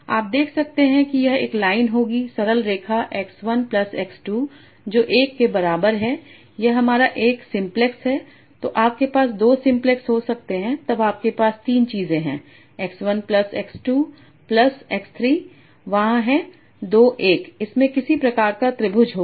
आप देख सकते हैं कि यह एक लाइन होगी सरल रेखा x 1 प्लस x 2 जो 1 के बराबर है यह हमारा 1 सिम्प्लेक्स है तो आपके पास 2 सिम्प्लेक्स हो सकते हैं तब आपके पास 3 चीजें हैं x 1 plus x 2 plus x 3 वहाँ हैं 2 1 इसमें किसी प्रकार का त्रिभुज होगा